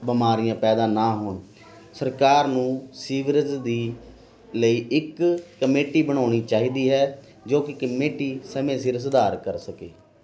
ਬਿਮਾਰੀਆਂ ਪੈਦਾ ਨਾ ਹੋਣ ਸਰਕਾਰ ਨੂੰ ਸੀਵਰੇਜ ਦੇ ਲਈ ਇੱਕ ਕਮੇਟੀ ਬਣਾਉਣੀ ਚਾਹੀਦੀ ਹੈ ਜੋ ਕਿ ਕਮੇਟੀ ਸਮੇਂ ਸਿਰ ਸੁਧਾਰ ਕਰ ਸਕੇ